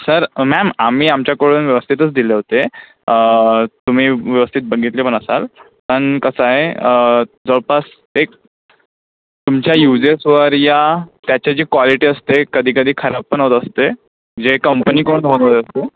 sir ma'am आम्ही आमच्याकडून व्यवस्थितच दिले होते तुम्ही व्यवस्थित बघितले पण असाल पण कसं आहे जवळपास एक तुमच्या यूजेसवर या त्याचे जी क्वालिटी असते कधी कधी खराब पण होत असते जे कंपनीकडून होणार असतो